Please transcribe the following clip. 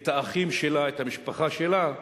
את האחים שלה, את המשפחה שלה,